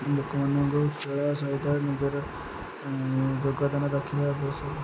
ଲୋକମାନଙ୍କୁ ଖେଳିବା ସହିତ ନିଜର ଯୋଗଦାନ ରଖିବା ଆବଶ୍ୟକ